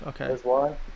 Okay